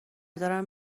دارن